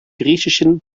griechischen